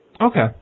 Okay